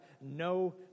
no